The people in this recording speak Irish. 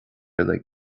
uile